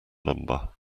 number